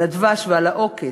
על הדבש ועל העוקץ,